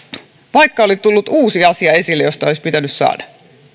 vaikka oli tullut uusi asia esille josta olisi pitänyt saada